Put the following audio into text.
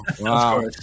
Wow